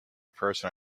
person